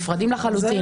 נפרדים לחלוטין,